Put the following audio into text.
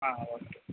okay